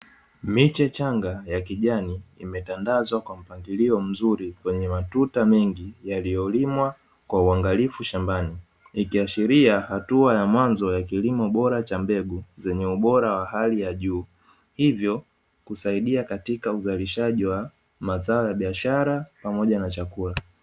Miche changa ya kijani imetandazwa kwa mpangilio mzuri kwenye matuta mengi yaliyolimwa kwa uangalifu shambani, ikihashiria hatua za mwazo ya kilimo bora cha mbegu zenye ubora wa hali ya juu .hivyo kusaidia katika uzalishaji wa mazao ya biashara pamoja na chakula .